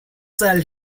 shall